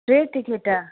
टे टिकेट